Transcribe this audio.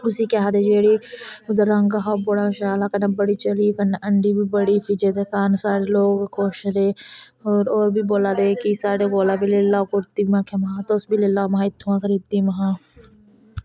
उसी केह् आखदे जेह्ड़ा ओह्दा रंग हा ओह् बड़ा शैल हा कन्नै बड़ी चली कन्नै हंडी बड़ी जेह्दे कारण सारे लोक खुश रेह् होर होर बी बोला दे हे कि साढ़ै कोल बी लेई लैओ कुर्ती में आखेआ महां तुस बी लेई लैओ महां इत्थुआं खरीदी महां